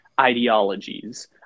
ideologies